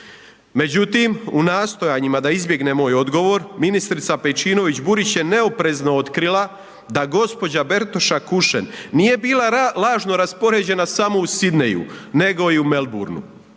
Međutim, u nastojanjima da izbjegne moj odgovor, ministrica Pejčinović Burić je neoprezno otkrila da gđa. Bertoša Kušen nije bila lažno raspoređena samo u Sydneyju nego i u Melbournu.